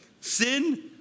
Sin